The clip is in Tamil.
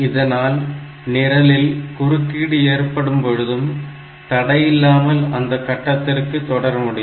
இதனால் நிரலில் குறுக்கீடு ஏற்படும் பொழுதும் தடையில்லாமல் அடுத்த கட்டத்திற்கு தொடர முடியும்